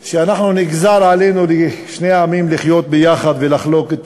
שאנחנו, נגזר על שני העמים, לחיות יחד ולחלוק את